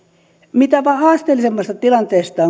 mitä haasteellisemmasta tilanteesta